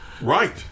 Right